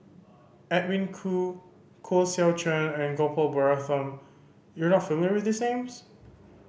Edwin Koo Koh Seow Chuan and Gopal Baratham you are not familiar with these names